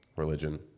religion